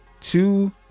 Two